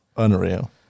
Unreal